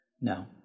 No